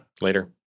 Later